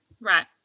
Right